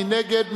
מי נגד?